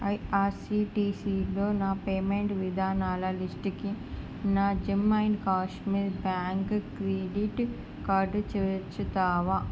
ఐఆర్సీటీసీలో నా పేమెంట్ విధానాల లిస్టుకి నా Jammu and Kashmir bank credit card చేర్చుతావా